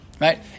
Right